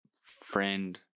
friend